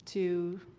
to.